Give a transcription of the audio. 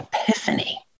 epiphany